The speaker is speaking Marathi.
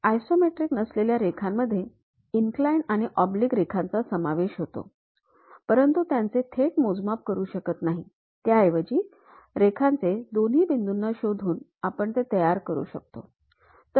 आयसोमेट्रिक नसलेल्या रेखांमध्ये इन्कलाइन्ड आणि ऑब्लिक रेखांचा समावेश होतो परंतु त्यांचे थेट मोजमाप करू शकत नाही त्याऐवजी रेखाचे दोन्ही बिंदूंना शोधून आपण ते तयार करू शकतो